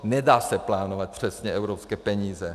Nedají se plánovat přesně evropské peníze.